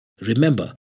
Remember